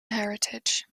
heritage